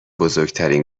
بزرگترین